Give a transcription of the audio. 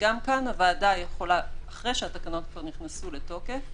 וגם כאן הוועדה יכולה אחרי שהתקנות כבר נכנסו לתוקף,